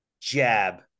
jab